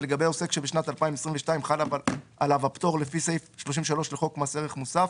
ולגבי עוסק שבשנת המס 2022 חל עליו הפטור לפי סעיף 33 לחוק מס ערך מוסף,